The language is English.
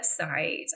website